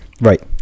Right